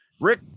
Rick